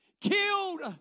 killed